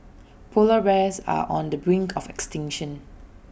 Polar Bears are on the brink of extinction